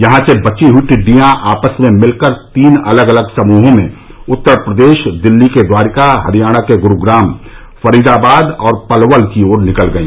यहां से बची हुई टिंडियां आपस में मिलकर तीन अलग अलग समूहों में उत्तर प्रदेश दिल्ली के द्वारका हरियाणा के ग्रूग्राम फरीदाबाद और पलवल की ओर निकल गई